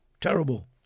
Terrible